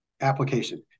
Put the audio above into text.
application